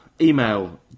Email